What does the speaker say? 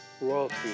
royalty